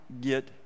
get